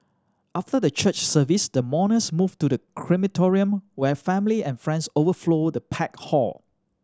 after the church service the mourners moved to the crematorium where family and friends overflowed the packed hall